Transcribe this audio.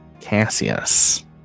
cassius